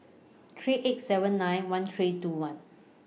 three eight seven nine one three two one